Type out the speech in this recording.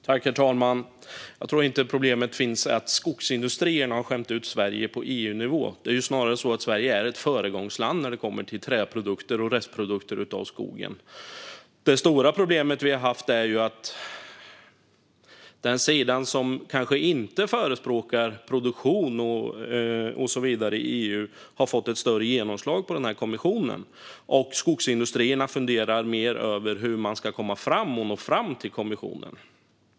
Herr talman! Att Skogsindustrierna skulle ha skämt ut Sverige på EU-nivå tror jag är ett problem som inte finns. Det är snarare så att Sverige är ett föregångsland när det kommer till träprodukter och restprodukter av skogen. Det stora problemet som vi har haft är ju att den sida i EU som kanske inte förespråkar produktion och så vidare har fått ett större genomslag i den här kommissionen, och därför funderar Skogsindustrierna mer på hur man ska nå fram till kommissionen.